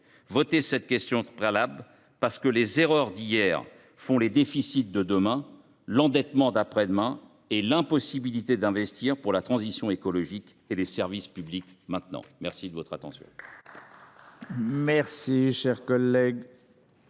Votons cette question préalable, parce que les erreurs d’hier font les déficits de demain, l’endettement d’après demain et l’impossibilité d’investir pour la transition écologique et les services publics maintenant ! Y a t il